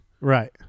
Right